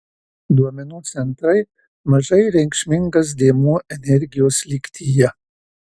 duomenų centrai mažai reikšmingas dėmuo energijos lygtyje